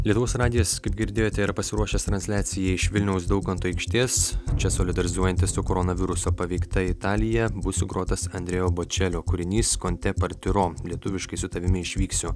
lietuvos radijas kaip girdėjote yra pasiruošęs transliacijai iš vilniaus daukanto aikštės čia solidarizuojantis su koronaviruso paveikta italija bus sugrotas andrejau bočelio kūrinys con te partiro lietuviškai su tavimi išvyksiu